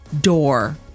door